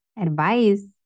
advice